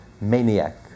maniac